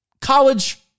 college